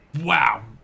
Wow